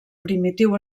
primitiu